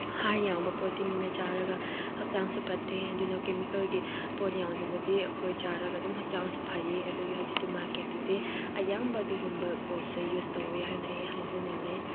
ꯍꯥꯔ ꯌꯥꯎꯕ ꯄꯣꯠꯇꯤ ꯃꯤꯅ ꯆꯥꯔꯒ ꯍꯛꯆꯥꯡꯁꯨ ꯐꯠꯇꯦ ꯑꯗꯨꯅ ꯀꯦꯃꯤꯀꯦꯜꯒꯤ ꯄꯣꯠ ꯌꯥꯎꯗꯕꯗꯤ ꯑꯩꯈꯣꯏ ꯆꯥꯔꯒ ꯑꯗꯨꯝ ꯍꯛꯆꯥꯡꯁꯨ ꯐꯩꯌꯦ ꯑꯗꯨꯒꯤ ꯍꯧꯖꯤꯛꯇꯤ ꯃꯥꯔꯀꯦꯠꯇꯗꯤ ꯑꯌꯥꯝꯕ ꯑꯗꯨꯒꯨꯝꯕ ꯄꯣꯠꯁꯦ ꯌꯨꯁ ꯇꯧꯋꯦ ꯍꯥꯏꯅ ꯑꯩ ꯍꯥꯏꯖꯅꯤꯡꯏ